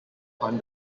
hunt